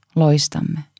loistamme